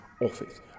office